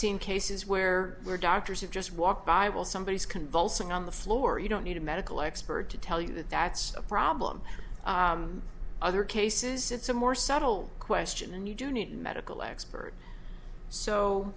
seen cases where where doctors have just walked by will somebody is convulsing on the floor you don't need a medical expert to tell you that that's a problem other cases it's a more subtle question and you do need medical expert so